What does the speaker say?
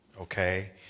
Okay